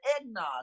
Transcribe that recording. eggnog